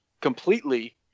completely